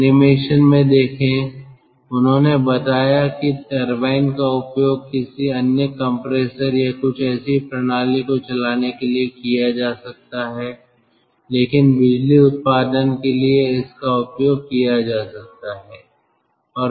animation में देखें उन्होंने बताया कि टरबाइन का उपयोग किसी अन्य कंप्रेसर या कुछ ऐसी प्रणाली को चलाने के लिए किया जा सकता है लेकिन बिजली उत्पादन के लिए इसका उपयोग किया जा सकता है